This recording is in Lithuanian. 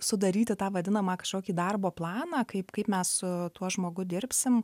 sudaryti tą vadinamą kažkokį darbo planą kaip kaip mes su tuo žmogu dirbsim